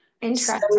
Interesting